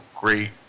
great